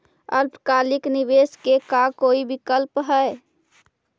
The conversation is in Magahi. अल्पकालिक निवेश के का कोई विकल्प है?